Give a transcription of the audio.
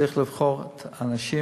צריך לבחור באנשים